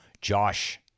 Josh